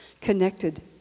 connected